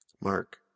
Mark